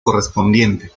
correspondiente